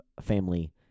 family